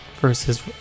versus